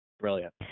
brilliant